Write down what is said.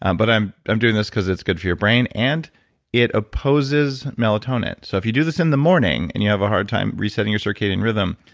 but i'm i'm doing this because it's good for your brain and it opposes melatonin. so, if you do this in the morning, and you have a hard time resetting your circadian rhythm,